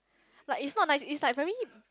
like it's not nice it's like very